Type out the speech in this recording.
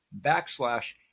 backslash